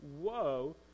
woe